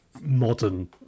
modern